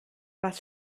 was